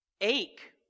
Ache